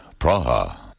Praha